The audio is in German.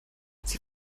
sie